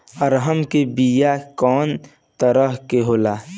अरहर के बिया कौ तरह के होला?